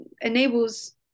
enables